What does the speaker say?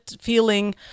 feeling